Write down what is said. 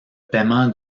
paiement